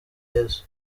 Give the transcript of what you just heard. yesu